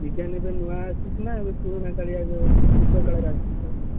design ଏବେ ନୂଆ ଆସିଛି ନା ଏବେ ପୁରୁଣା କାଳିଆ ଯୋଉ ପୂର୍ବକାଳରେ ଆସିଛି ସବୁ